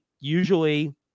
usually